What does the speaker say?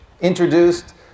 introduced